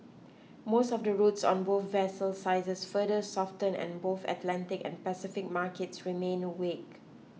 most of the routes on both vessel sizes further softened and both Atlantic and Pacific markets remained weak